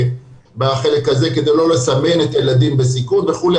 בחלק הזה כדי לא לסמן את הילדים בסיכון וכולי,